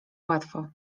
łatwo